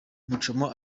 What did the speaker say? muchoma